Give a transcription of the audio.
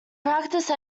practice